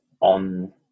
on